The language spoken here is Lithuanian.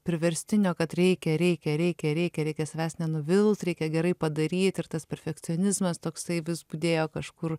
priverstinio kad reikia reikia reikia reikia reikia savęs nenuvilt reikia gerai padaryt ir tas perfekcionizmas toksai vis budėjo kažkur